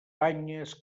banyes